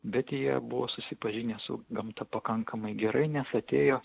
bet jie buvo susipažinę su gamta pakankamai gerai nes atėjo